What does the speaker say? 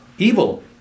evil